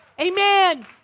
Amen